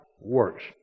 works